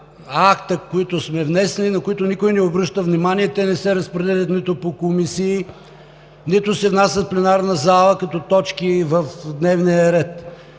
акта, които сме внесли и на които никой не обръща внимание – те не се разпределят нито по комисии, нито се внасят в пленарната зала като точки в дневния ред.